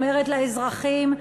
אומרת לאזרחים: